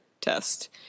test